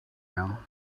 now